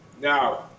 Now